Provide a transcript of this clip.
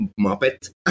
Muppet